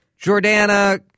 Jordana